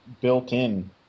built-in